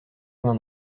vingt